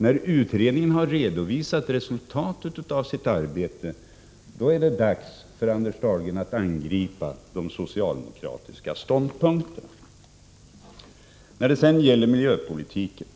När utredningen har redovisat resultatet av sitt arbete, är det dags för Anders Dahlgren att angripa de socialdemokratiska ståndpunkterna. När det sedan gäller miljöpolitiken